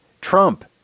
Trump